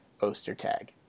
Ostertag